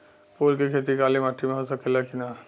फूल के खेती काली माटी में हो सकेला की ना?